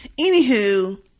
Anywho